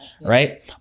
right